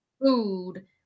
food